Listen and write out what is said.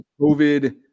COVID